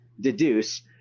deduce